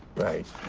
right.